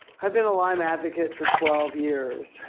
i've been a lyme advocate for twelve years,